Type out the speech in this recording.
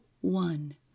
one